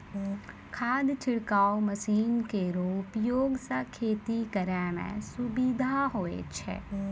खाद छिड़काव मसीन केरो उपयोग सँ खेती करै म सुबिधा होय छै